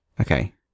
Okay